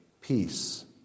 peace